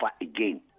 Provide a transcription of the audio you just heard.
again